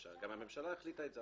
גם הממשלה אצלנו החליטה את זה,